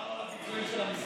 מה הפיצוי של המשרד,